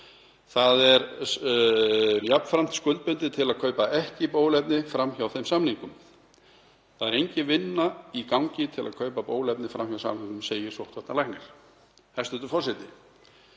Það er jafnframt skuldbundið til að kaupa ekki bóluefni fram hjá þeim samningum. Það er engin vinna í gangi til að kaupa bóluefni fram hjá samningnum, segir sóttvarnalæknir. Hæstv. forseti.